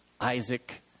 Isaac